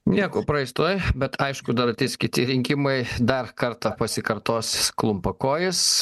nieko praeis tuoj bet aišku dar ateis kiti rinkimai dar kartą pasikartos klumpakojis